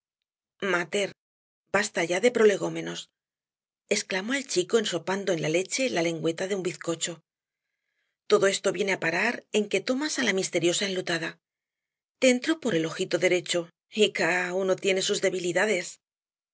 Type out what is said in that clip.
basta ya de prolegónemos exclamó el chico ensopando en la leche la lengüeta de un bizcocho todo esto viene á parar en que tomas á la misteriosa enlutada te entró por el ojito derecho y caá uno tiene sus debilidaes